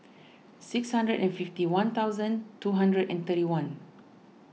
six hundred and fifty one thousand two hundred and thirty one